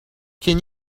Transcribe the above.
can